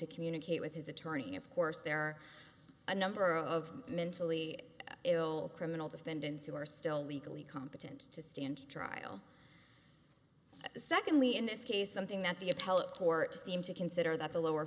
to communicate with his attorney of course there are a number of mentally ill criminal defendants who are still legally competent to stand trial secondly in this case something that the appellate court seemed to consider that the lower